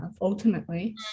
ultimately